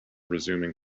resuming